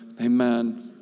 amen